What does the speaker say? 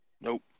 Nope